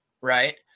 right